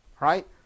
Right